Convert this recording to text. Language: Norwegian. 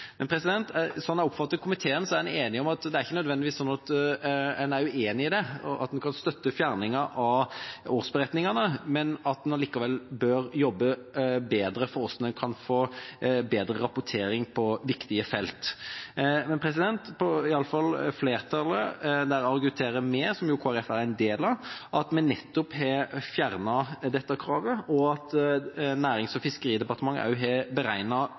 Sånn jeg oppfatter komiteen, er en enig om at det ikke nødvendigvis er sånn at en er uenig i det, at en kan støtte fjerningen av årsberetningene, men at en likevel bør jobbe bedre for hvordan en kan få bedre rapportering på viktige felt. Flertallet – som Kristelig Folkeparti er en del av – argumenterer med at vi nettopp har fjernet dette kravet, og at Nærings- og fiskeridepartementet har